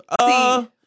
See